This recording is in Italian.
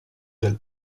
del